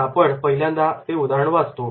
आपण पहिल्यांदा ते उदाहरण वाचतो